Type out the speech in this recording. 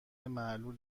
معلول